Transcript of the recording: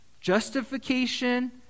justification